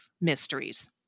mysteries